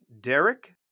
Derek